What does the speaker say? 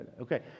Okay